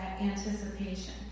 anticipation